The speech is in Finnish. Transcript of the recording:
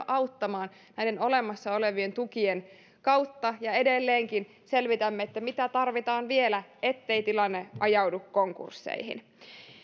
auttamaan näiden olemassa olevien tukien kautta ja edelleenkin selvitämme mitä tarvitaan vielä ettei tilanne ajaudu konkursseihin